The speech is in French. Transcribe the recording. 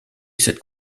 cette